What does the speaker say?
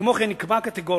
כמו כן, נקבע קטגורית